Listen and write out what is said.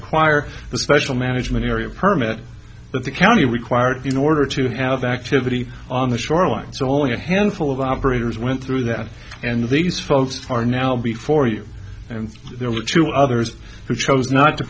acquire the special management area a permit that the county required in order to have activity on the shoreline so only a handful of operators went through that and these folks are now before you and there were two others who chose not to